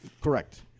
Correct